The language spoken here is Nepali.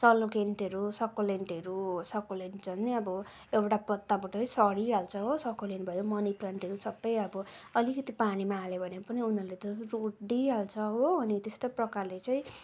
सलुकेन्टहरू सक्कुलेन्टहरू सक्कुलेन्ट झन् नि अब एउटा पत्ताबाट सरिहाल्छ हो सक्कुलेन्ट भयो मनी प्लान्टहरू सब अब अलिकति पानीमा हाल्यो भने पनि उनीहरूले त रुट दिइहाल्छ हो अनि त्यस्तै प्रकारले चाहिँ